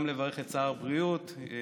אני גם מברך את שר הבריאות אדלשטיין,